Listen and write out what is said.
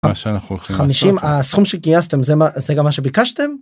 מה שאנחנו הולכים לעשות. -חמישים, הסכום שגייסתם זה מה, זה גם מה שביקשתם?